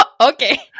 Okay